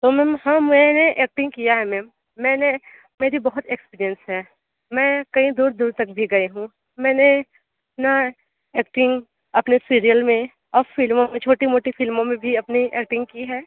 तो मैम हाँ मैंने एक्टिंग किया है मैम मैंने मेरी बहुत एक्सपीरियंस है मैं कई दूर दूर तक भी गई हूँ मैंने ना एक्टिंग अपने सीरियल में और फिल्मों में छोटी मोटी फिल्मों में भी अपनी एक्टिंग की है